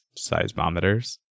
seismometers